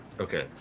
Okay